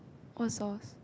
what sauce